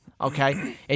Okay